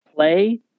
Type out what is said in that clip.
Play